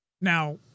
Now